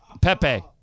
Pepe